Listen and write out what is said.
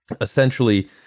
essentially